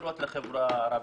משרות לחברה הערבית.